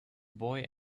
boy